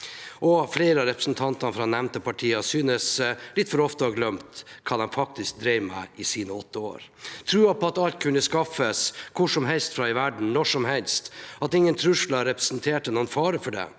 Flere av representantene fra de nevnte partiene synes litt for ofte å ha glemt hva de faktisk drev med i sine åtte år – troen på at alt kunne skaffes hvor som helst fra i verden, når som helst, at ingen trusler representerte noen fare for det,